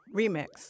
remix